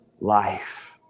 life